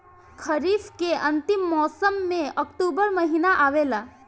खरीफ़ के अंतिम मौसम में अक्टूबर महीना आवेला?